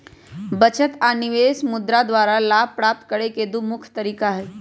बचत आऽ निवेश मुद्रा द्वारा लाभ प्राप्त करेके दू मुख्य तरीका हई